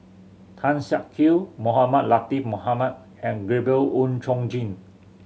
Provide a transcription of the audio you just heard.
Tan Siak Kew Mohamed Latiff Mohamed and Gabriel Oon Chong Jin